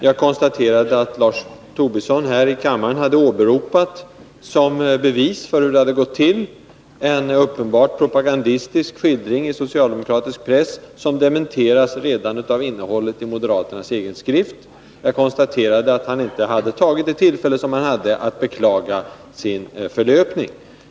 Jag konstaterade att Lars Tobisson här i kammaren hade åberopat, som bevis för hur det hela gått till, en uppenbart propagandistisk skildring i socialdemokratisk press som dementeras redan av innehållet i moderaternas egen skrift. Jag konstaterade att han inte hade tagit det tillfälle som han hade att beklaga sin förlöpning.